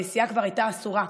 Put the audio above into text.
הנסיעה כבר הייתה אסורה.